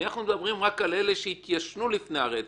אנחנו מדברים רק על אלה שהתיישנו לפני הרצח.